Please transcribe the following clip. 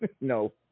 No